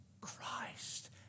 Christ